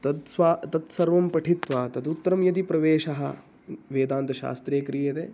तद् स्वं तत् तत्सर्वं पठित्वा तदुत्तरं यदि प्रवेशः वेदान्तशास्त्रे क्रियते